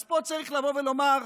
אז פה צריך לבוא ולומר: